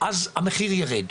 אז המחיר ירד.